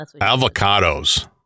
Avocados